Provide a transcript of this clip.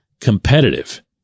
competitive